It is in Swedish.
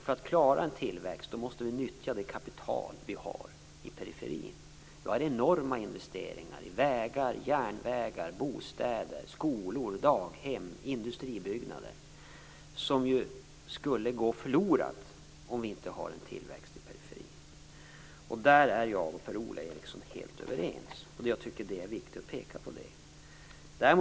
För att klara tillväxten måste vi nyttja det kapital vi har i periferin. Vi har enorma investeringar i vägar, järnvägar, bostäder, skolor, daghem och industribyggnader som skulle gå förlorat om vi inte hade tillväxt i periferin. På den punkten är jag och Per-Ola Eriksson helt överens. Det är viktigt att peka på.